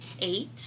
eight